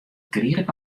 kriget